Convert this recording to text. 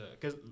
cause